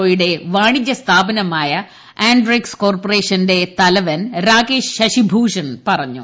O യുടെ വാണിജ്യ സ്ഥാപനമായ ആൻഡ്രിക്സ് കോർപ്പറേഷന്റെ തലവൻ രാകേഷ് ശശിഭൂഷൺ പറഞ്ഞു